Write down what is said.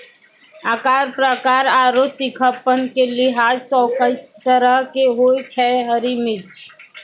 आकार, प्रकार आरो तीखापन के लिहाज सॅ कई तरह के होय छै हरी मिर्च